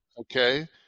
Okay